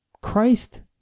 Christ